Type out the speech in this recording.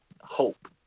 hope